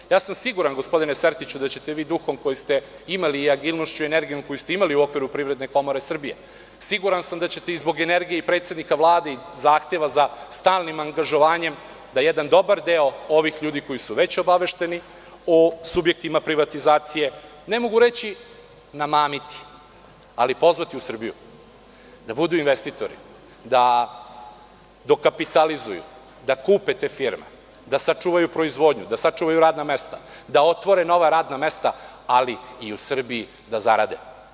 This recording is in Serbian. Gospodine Sertiću, siguran sam da ćete vi, duhom koji ste imali, agilnošću i energijom koju ste imali u okviru Privredne komore Srbije, siguran sam da ćete, i zbog energije i predsednika Vlade i zahteva za stalnim angažovanjem, jedan dobar deo ovih ljudi koji su već obavešteni o subjektima privatizacije, ne mogu reći – namamiti, ali, pozvati u Srbiju da budu investitori, da dokapitalizuju, da kupe te firme, da sačuvaju proizvodnju, da sačuvaju radna mesta, da otvore nova radna mesta, ali i u Srbiji da zarade.